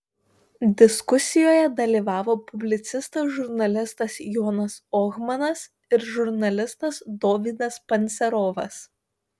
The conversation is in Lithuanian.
diskusijoje dalyvavo publicistas žurnalistas jonas ohmanas ir žurnalistas dovydas pancerovas